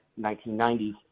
1990s